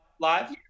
live